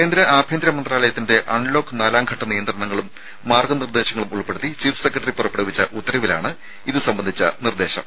കേന്ദ്ര ആഭ്യന്തര മന്ത്രാലയത്തിന്റെ അൺലോക്ക് നാലാംഘട്ട നിയന്ത്രണങ്ങളും മാർഗ്ഗ നിർദ്ദേശങ്ങളും ഉൾപ്പെടുത്തി ചീഫ് സെക്രട്ടറി പുറപ്പെടുവിച്ച ഉത്തരവിലാണ് ഇത് സംബന്ധിച്ച പരാമർശം